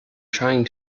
trying